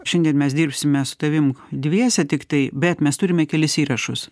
šiandien mes dirbsime su tavim dviese tiktai bet mes turime kelis įrašus